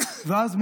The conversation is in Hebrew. ואז,